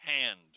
hand